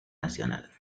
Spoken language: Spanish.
nacional